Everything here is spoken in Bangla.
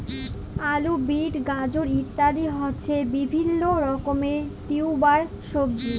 আলু, বিট, গাজর ইত্যাদি হচ্ছে বিভিল্য রকমের টিউবার সবজি